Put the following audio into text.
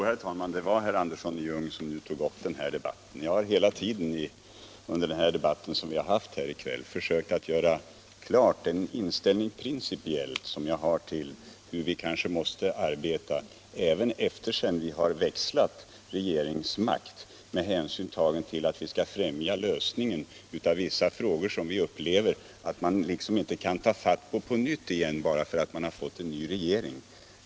Herr talman! Jo, det var herr Andersson i Ljung som tog upp den här debatten. Jag har hela tiden under debatten här i kväll försökt göra klar den inställning principiellt jag har till hur vi kanske måste arbeta även sedan det har skett en växling vid regeringsmakten, med hänsyn till att vi skall främja lösningen av vissa frågor som vi upplever att man liksom inte kan ta fatt i på nytt bara därför att man har fått en ny regering.